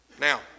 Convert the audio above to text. Now